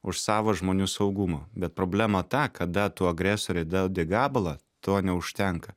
už savo žmonių saugumą bet problema ta kada tu agresoriui duodi gabalą to neužtenka